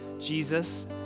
Jesus